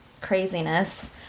craziness